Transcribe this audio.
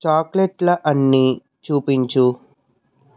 చాక్లెట్ల అన్ని చూపించు